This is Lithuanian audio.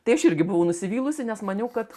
tai aš irgi buvau nusivylusi nes maniau kad